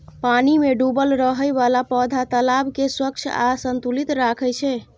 पानि मे डूबल रहै बला पौधा तालाब कें स्वच्छ आ संतुलित राखै छै